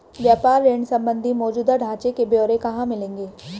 व्यापार ऋण संबंधी मौजूदा ढांचे के ब्यौरे कहाँ मिलेंगे?